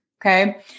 Okay